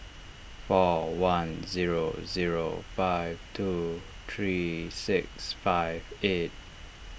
four one zero zero five two three six five eight